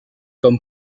comme